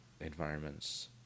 environments